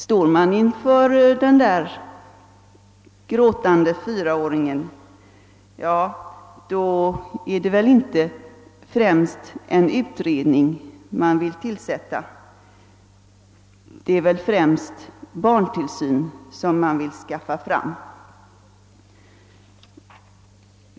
Står man inför en gråtande fyraåring vill man väl inte i första hand tillsätta en utredning, utan det är främst barntillsyn” som man vill åstadkomma.